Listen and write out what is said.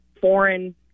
foreign